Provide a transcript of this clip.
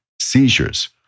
Seizures